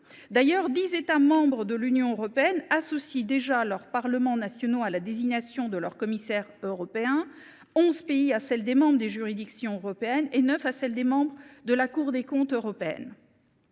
D’ailleurs, dix États membres de l’Union européenne associent déjà leurs parlements nationaux à la désignation de leurs commissaires européens, onze pays à celle des membres des juridictions européennes et neuf à celle des membres de la Cour des comptes européenne.